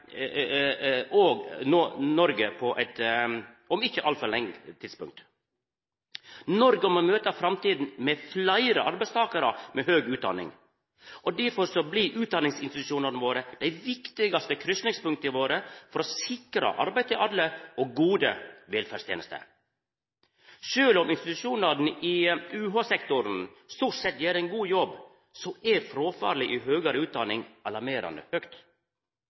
vil nå Noreg på eit tidspunkt om ikkje altfor lenge. Noreg må møta framtida med fleire arbeidstakarar med høg utdanning. Difor blir utdanningsinstitusjonane våre dei viktigaste kryssingspunkta våre for å sikra arbeid til alle og gode velferdstenester. Sjølv om institusjonane i UH-sektoren stort sett gjer ein god jobb, er fråfallet i høgare utdanning alarmerande høgt.